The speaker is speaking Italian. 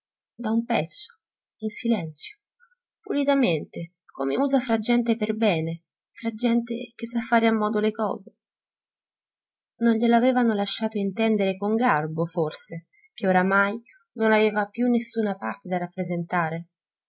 da un pezzo in silenzio pulitamente come usa fra gente per bene fra gente che sa fare a modo le cose non glielo avevano lasciato intendere con garbo forse che oramai non aveva più nessuna parte da rappresentare